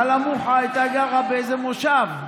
ללה מוחה הייתה גרה באיזה מושב,